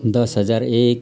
दस हजार एक